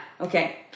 Okay